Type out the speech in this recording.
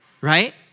right